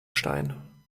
stein